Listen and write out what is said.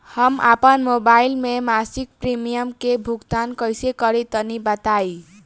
हम आपन मोबाइल से मासिक प्रीमियम के भुगतान कइसे करि तनि बताई?